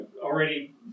already